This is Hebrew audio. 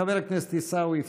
חבר הכנסת עיסאווי פריג',